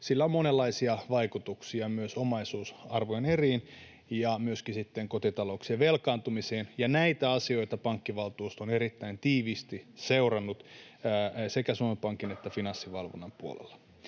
on monenlaisia vaikutuksia myös omaisuusarvojen eriin ja kotitalouksien velkaantumiseen. Näitä asioita pankkivaltuusto on erittäin tiiviisti seurannut sekä Suomen Pankin että Finanssivalvonnan puolella.